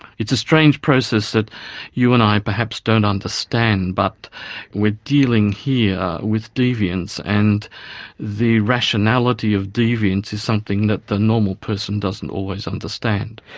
it's a strange process that you and i perhaps don't understand but we're dealing here with deviance and the rationality of deviance is something that the normal person doesn't always understand.